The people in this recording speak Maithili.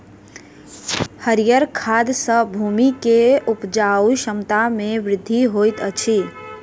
हरीयर खाद सॅ भूमि के उपजाऊ क्षमता में वृद्धि होइत अछि